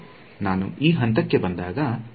ನಾನು ಈ ಹಂತಕ್ಕೆ ಬಂದಾಗ b ಇನ್ನೂ 0 ಆಗಿರುತ್ತದೆ